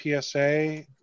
PSA